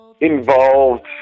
involved